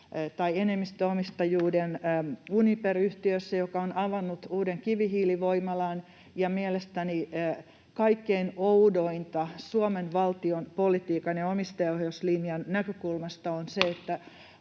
enemmistöomistajuus Uniper-yhtiössä, joka on avannut uuden kivihiilivoimalan, ja mielestäni kaikkein oudointa Suomen valtion politiikan ja omistajaohjauslinjan näkökulmasta on se,